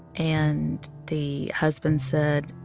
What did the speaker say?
and the husband said,